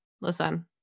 listen